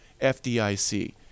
FDIC